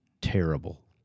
terrible